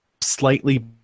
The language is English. slightly